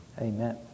amen